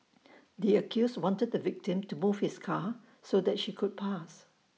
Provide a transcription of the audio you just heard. the accused wanted the victim to move his car so that she could pass